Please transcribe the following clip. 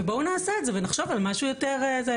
בואו נעשה את זה ונחשוב על משהו יותר זה.